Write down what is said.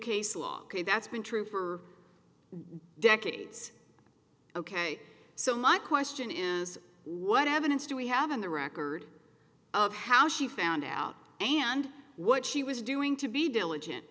case law ok that's been true for decades ok so my question is what evidence do we have on the record of how she found out and what she was doing to be diligent